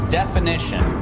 definition